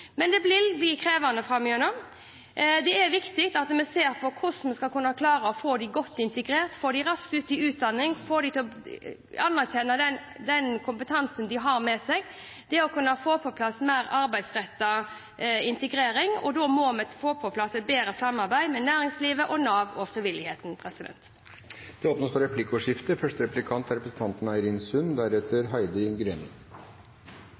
hvordan vi skal klare å få dem godt integrert, få dem raskt ut i utdanning, anerkjenne den kompetansen de har med seg, få på plass mer arbeidsrettet integrering, og da må vi få på plass et bedre samarbeid med næringslivet og Nav og frivilligheten. Det blir replikkordskifte. Statsråd Horne hadde i dag, og spesielt i trontaledebatten, et veldig engasjert innlegg, et ekte engasjert innlegg, om viktigheten av bosetting i kommunene og om hvor viktig det er for